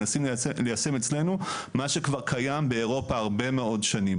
מנסים לנצל אצלנו מה שכבר קיים באירופה הרבה מאוד שנים